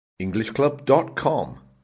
EnglishClub.com